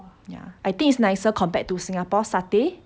ya I think it's nicer compared to singapore satay